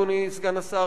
אדוני סגן השר,